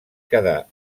quedar